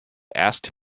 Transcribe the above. asked